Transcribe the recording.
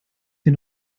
wir